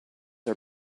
are